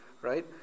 right